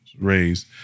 raised